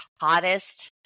hottest